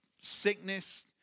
sickness